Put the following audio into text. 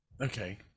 Okay